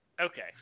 Okay